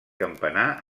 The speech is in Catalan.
campanar